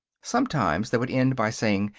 sometimes they would end by saying,